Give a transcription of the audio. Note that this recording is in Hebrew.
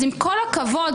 אז עם כל הכבוד,